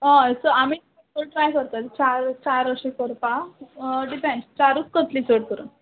हय सो आमी चड ट्राय करता चार चार अशें करपा डिजायन चारूच कत्ली चड करून